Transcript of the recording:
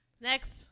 next